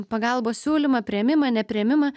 pagalbos siūlymą priėmimą nepriėmimą